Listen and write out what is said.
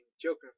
Joker